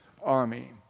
army